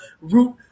root